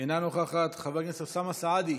אינה נוכחת, חבר הכנסת אוסאמה סעדי,